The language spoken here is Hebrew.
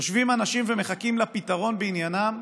יושבים אנשים ומחכים לפתרון בעניינם,